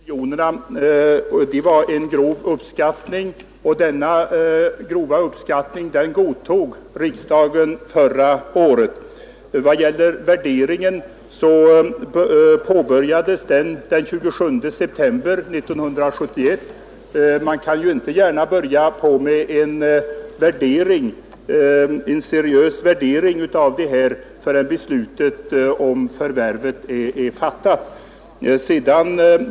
Herr talman! De där 5 miljonerna var en grov uppskattning, och denna grova uppskattning godtog riksdagen förra året. Värderingen påbörjades den 27 september 1971. Man kunde ju inte gärna börja med en seriös värdering av marken förrän beslutet i sakfrågan var fattat.